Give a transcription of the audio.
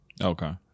Okay